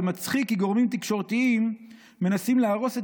ומצחיק כי גורמים תקשורתיים מנסים להרוס את